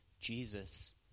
Jesus